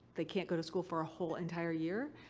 they can't go to school for a whole entire year.